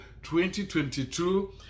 2022